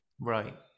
Right